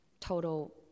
total